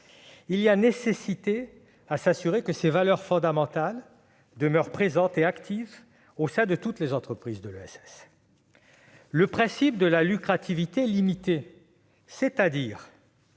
Il est nécessaire que ces valeurs fondamentales demeurent présentes et actives au sein de toutes les entreprises de l'ESS. Le principe de la lucrativité limitée, c'est-à-dire